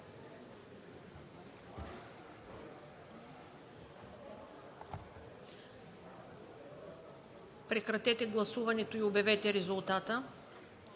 прекратете гласуването и обявете резултата: